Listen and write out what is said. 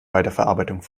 weiterverarbeitung